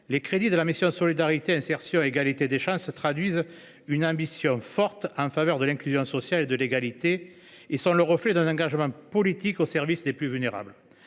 les crédits de la mission « Solidarité, insertion et égalité des chances » traduisent une ambition forte en faveur de l’inclusion sociale et de l’égalité, et sont le reflet d’un engagement politique au service des plus vulnérables.